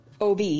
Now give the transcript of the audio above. OB